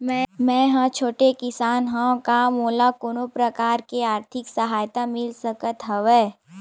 मै ह छोटे किसान हंव का मोला कोनो प्रकार के आर्थिक सहायता मिल सकत हवय?